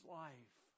life